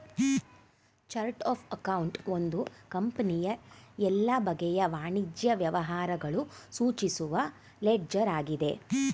chart of account ಒಂದು ಕಂಪನಿಯ ಎಲ್ಲ ಬಗೆಯ ವಾಣಿಜ್ಯ ವ್ಯವಹಾರಗಳು ಸೂಚಿಸುವ ಲೆಡ್ಜರ್ ಆಗಿದೆ